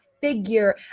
figure